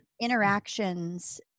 interactions